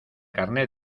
carné